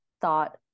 thought